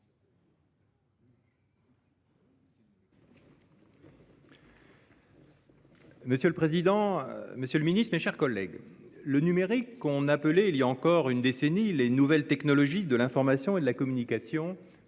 Monsieur le président, monsieur le ministre, mes chers collègues, le numérique, qu'on appelait il y a encore une décennie les nouvelles technologies de l'information et de la communication,